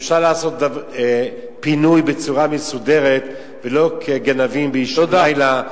אפשר לעשות פינוי בצורה מסודרת ולא כגנבים באישון לילה,